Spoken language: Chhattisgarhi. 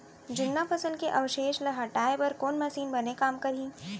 जुन्ना फसल के अवशेष ला हटाए बर कोन मशीन बने काम करही?